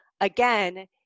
again